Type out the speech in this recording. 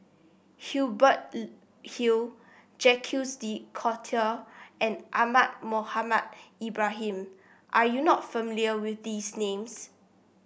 Hubert Hill Jacques De Coutre and Ahmad Mohamed Ibrahim are you not familiar with these names